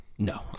No